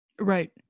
Right